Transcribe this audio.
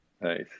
nice